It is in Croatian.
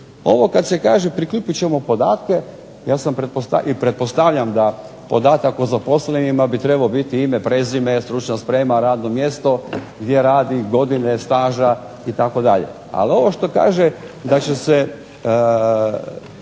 Ovo kad se kaže prikupit ćemo podatke ja sam pretpostavio, i pretpostavljam da podatak o zaposlenima bi trebao biti ime, prezime, stručna sprema, radno mjesto, gdje radi, godine staža, itd., ali ovo što kaže da će se